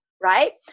right